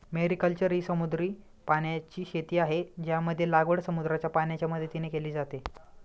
mariculture ही समुद्री पाण्याची शेती आहे, ज्यामध्ये लागवड समुद्राच्या पाण्याच्या मदतीने केली जाते